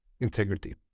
integrity